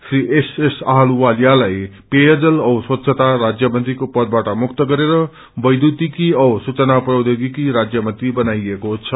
Shri S S आहलुवालियालाई पेयजल औ स्वच्छता राज्यमंत्रीको पदबाट मुक्त गरेर वैध्युतिकी औसूचना प्रौध्योगिकी राज्य मंत्री बनाइएको छ